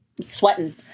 sweating